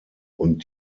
und